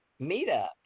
meetup